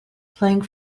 playing